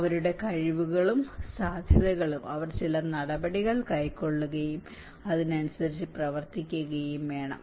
അവരുടെ കഴിവുകളും സാധ്യതകളും അവർ ചില നടപടികൾ കൈക്കൊള്ളുകയും അതിനനുസരിച്ച് പ്രവർത്തിക്കുകയും വേണം